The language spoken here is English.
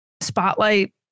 Spotlight